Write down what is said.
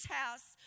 house